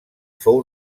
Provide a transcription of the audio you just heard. fou